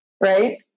Right